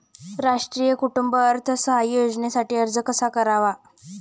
राष्ट्रीय कुटुंब अर्थसहाय्य योजनेसाठी अर्ज कसा करावा?